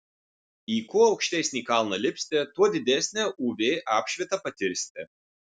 į kuo aukštesnį kalną lipsite tuo didesnę uv apšvitą patirsite